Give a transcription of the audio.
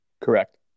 Correct